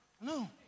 no